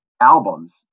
albums